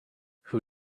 who